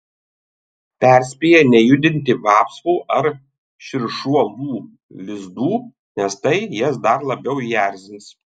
perspėja nejudinti vapsvų ar širšuolų lizdų nes tai jas dar labiau įerzins